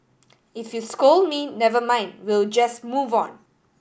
if you scold me never mind we'll just move on